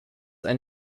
ein